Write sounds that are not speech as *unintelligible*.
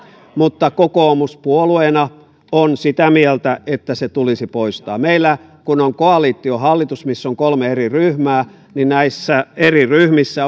mutta kokoomus puolueena on sitä mieltä että se tulisi poistaa meillä kun on koalitiohallitus missä on kolme eri ryhmää niin näissä eri ryhmissä *unintelligible*